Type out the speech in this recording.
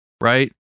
right